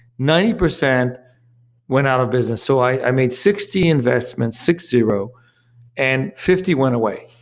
ninety percent went out of business. so i made sixty investments, six zero and fifty went away.